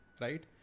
right